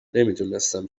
نمیدونستم